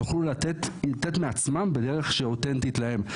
יוכלו לתת מעצמם בדרך שאותנטית להם.